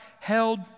held